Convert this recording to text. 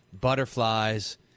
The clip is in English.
butterflies